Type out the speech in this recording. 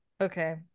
Okay